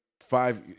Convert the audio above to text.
five